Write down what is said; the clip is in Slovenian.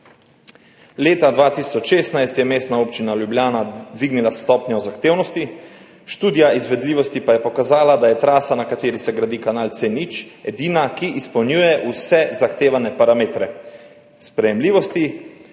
Leta 2016 je Mestna občina Ljubljana dvignila stopnjo zahtevnosti, študija izvedljivosti pa je pokazala, da je trasa, na kateri se gradi kanal C0, edina, ki izpolnjuje vse zahtevane parametre sprejemljivosti.